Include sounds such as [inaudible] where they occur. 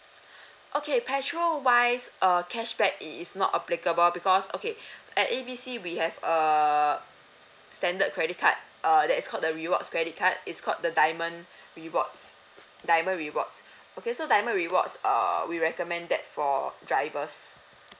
[breath] okay petrol wise err cashback it is not applicable because okay [breath] at A B C we have err standard credit card err that is called the rewards credit card it's called the diamond [breath] rewards diamond rewards [breath] okay so diamond rewards err we recommend that for drivers